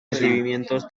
recibimientos